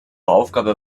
aufgabe